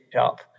up